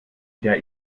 der